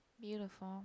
Beautiful